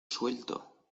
suelto